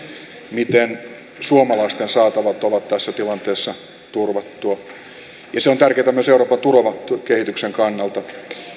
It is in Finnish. miten suomalaisten saatavat ovat tässä tilanteessa turvattuna ja se on tärkeätä myös euroopan tulevan kehityksen kannalta